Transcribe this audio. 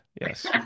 yes